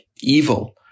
evil